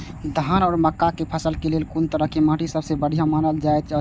धान आ मक्का के फसल के लेल कुन तरह के माटी सबसे बढ़िया मानल जाऐत अछि?